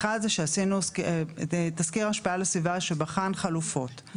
אחד זה שעשינו תסקיר השפעה לסביבה שבחן חלופות.